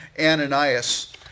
Ananias